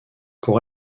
pour